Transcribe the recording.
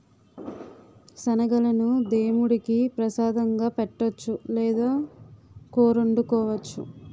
శనగలను దేముడికి ప్రసాదంగా పెట్టొచ్చు లేదా కూరొండుకోవచ్చు